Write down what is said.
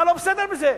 מה לא בסדר בזה?